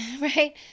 right